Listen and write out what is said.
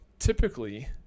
Typically